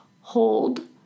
hold